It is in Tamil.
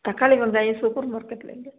தக்காளி வெங்காயம் சூப்பர் மார்க்கெட்டில் எங்கே